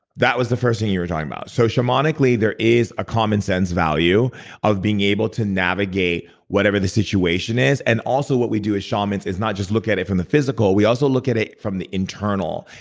that was the first thing you were talking about. so shamanically, there is a common sense of value of being able to navigate whatever the situation is and also, what we do as shamans is not just look at it from the physical. we also look at it from the internal.